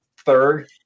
third